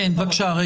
בבקשה.